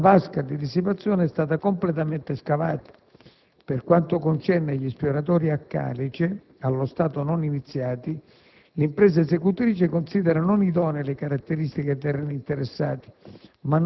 La vasca di dissipazione è stata completamente scavata. Per quanto concerne gli sfioratori a calice, allo stato non iniziati, l'impresa esecutrice considera non idonee le caratteristiche dei terreni interessati,